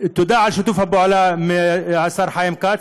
תודה על שיתוף הפעולה של השר חיים כץ,